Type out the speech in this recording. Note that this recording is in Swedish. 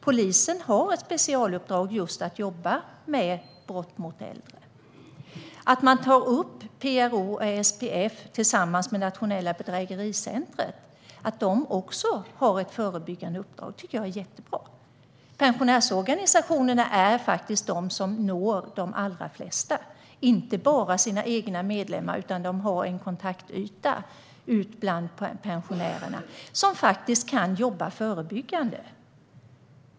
Polisen har ett specialuppdrag som handlar just om att jobba med brott mot äldre. Att man tar upp att PRO och SPF tillsammans med Nationellt bedrägericentrum också har ett förebyggande uppdrag tycker jag är jättebra. Pensionärsorganisationerna är faktiskt de som når de allra flesta, inte bara sina egna medlemmar, utan de har en kontaktyta ut bland pensionärerna som kan verka förebyggande.